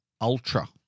Ultra